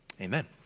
amen